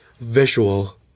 visual